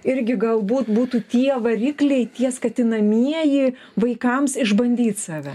irgi galbūt būtų tie varikliai tie skatinamieji vaikams išbandyt save